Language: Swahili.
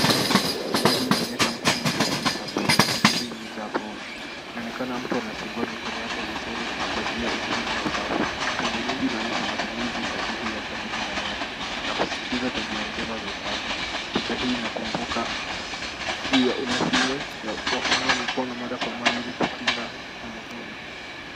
Picha hii inaonyesha mkono ikioshwa na sabuni ikiwa imejaa povu. Inaonekana mtu anasugua mikono yake vizuri kuashiria umuhimu wa usafi . Povu nyingi inaonyesha matumizi sahihi ya sabuni na maji na kusisitiza tabia njema za usafi. Picha hii inakumbuka juu ya umuhimu wa kunawa mikono mara kwa mara ili kukinga na magonjwa.